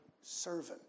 servant